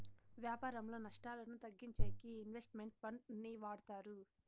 వ్యాపారంలో నష్టాలను తగ్గించేకి ఇన్వెస్ట్ మెంట్ ఫండ్ ని వాడతారు